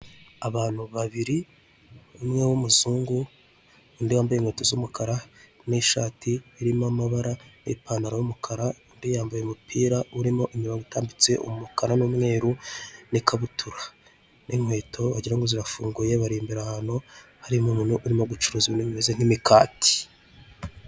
Aka ni agace gatuwe nk'uko bigaragazwa n'ibipangu bihari, hateye ipoto ririho insinga z'imikara kandi iri poto biragaragara ko rikwirakwiza umuriro w'amashanyarazi muri aka gace aha turahabona amapave aho iri poto rishinze, hari n'ibiti hakurya ndetse hari n'amabuye akikije izi ngo.